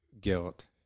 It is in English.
guilt